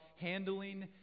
handling